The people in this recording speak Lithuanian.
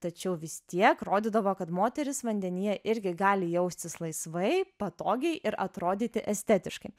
tačiau vis tiek rodydavo kad moterys vandenyje irgi gali jaustis laisvai patogiai ir atrodyti estetiškai